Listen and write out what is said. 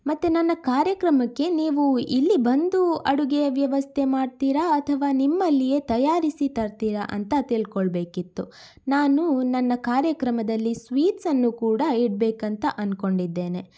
ಮತ್ತೆ ನನ್ನ ಕಾರ್ಯಕ್ರಮಕ್ಕೆ ನೀವು ಇಲ್ಲಿ ಬಂದು ಅಡುಗೆಯ ವ್ಯವಸ್ಥೆ ಮಾಡ್ತೀರಾ ಅಥವಾ ನಿಮ್ಮಲ್ಲಿಯೇ ತಯಾರಿಸಿ ತರ್ತೀರಾ ಅಂತ ತಿಳ್ಕೊಳ್ಬೇಕಿತ್ತು ನಾನು ನನ್ನ ಕಾರ್ಯಕ್ರಮದಲ್ಲಿ ಸ್ವೀಟ್ಸನ್ನು ಕೂಡ ಇಡಬೇಕಂತ ಅಂದ್ಕೊಂಡಿದ್ದೇನೆ